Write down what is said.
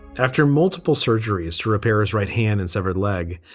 after multiple surgeries to repair his right hand and severed leg,